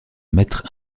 maître